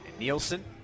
Nielsen